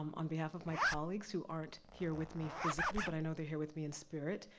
um on behalf of my colleagues, who aren't here with me physically, but i know they're here with me in spirit,